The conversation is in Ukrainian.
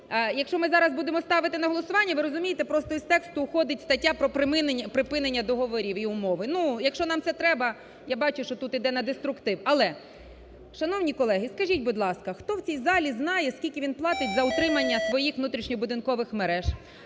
Якщо ми зараз будемо ставити на голосування, ви розумієте із тексту уходить стаття про припинення договорів і умови. Якщо це нам треба, я бачу, що тут йде на деструктив. Але, шановні колеги, скажіть, будь ласка, хто в цій залі знає скільки він платить за утримання своїх внутрішньо будинкових мереж?